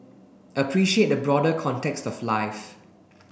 appreciate the broader context of life